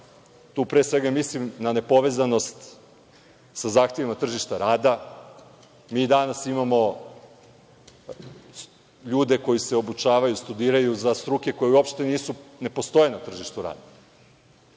Tu pre svega mislim na nepovezanost sa zahtevima tržištima rada. Mi danas imamo ljude koji se obučavaju, studiraju za struke koje uopšte ne postoje na tržištu